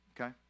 Okay